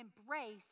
embrace